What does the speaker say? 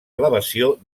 elevació